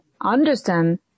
understand